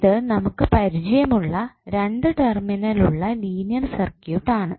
ഇത് നമുക്ക് പരിചയമായിട്ടുള്ള രണ്ടു ടെർമിനൽ ഉള്ള ലീനിയർ സർക്യൂട്ട് ആണ്